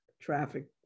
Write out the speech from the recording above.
traffic